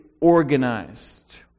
organized